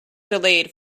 delayed